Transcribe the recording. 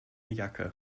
jacke